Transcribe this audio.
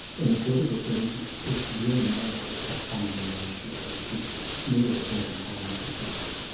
in a political sense, it's it's very narrow. it's a funding ratio, which is merely a point in time exercise.